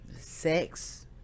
Sex